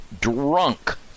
drunk